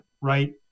right